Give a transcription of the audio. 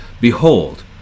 Behold